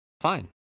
fine